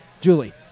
Julie